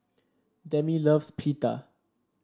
Demi loves Pita